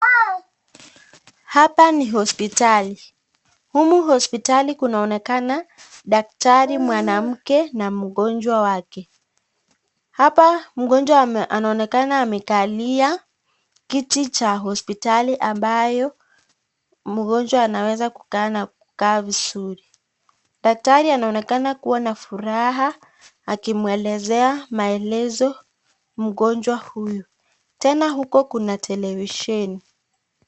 Hapa ni hospitali. Humu hospitali kunaonekana daktari mwanamke na mgonjwa wake. Hapa mgonjwa anaonekana amekalia kiti cha hospitali ambayo mgonjwa anaweza kukaa na kukaa vizuri. Daktari anaonekana kuwa na furaha akimwelezea maelezo mgonjwa huyu. Tena huko kuna televisheni.